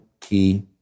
key